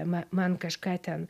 ma man kažką ten